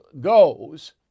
goes